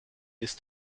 ist